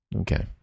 okay